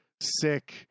sick